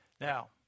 Now